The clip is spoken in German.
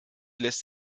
lässt